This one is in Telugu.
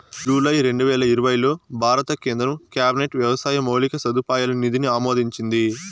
జూలై రెండువేల ఇరవైలో భారత కేంద్ర క్యాబినెట్ వ్యవసాయ మౌలిక సదుపాయాల నిధిని ఆమోదించింది